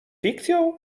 fikcją